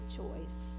choice